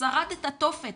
שרד את התופת.